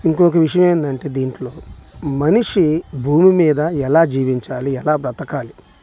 ఇంకోక విషయం ఏందంటే దీంట్లో మనిషి భూమి మీద ఎలా జీవించాలి ఎలా బ్రతకాలి